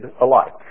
alike